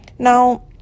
Now